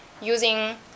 using